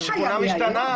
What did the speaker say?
השכונה משתנה.